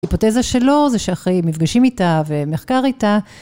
היפותזה שלו זה שאחרי מפגשים איתה ומחקר איתה.